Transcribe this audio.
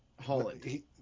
Holland